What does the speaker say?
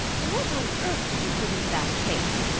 what on earth did you put into that cake?